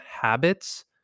habits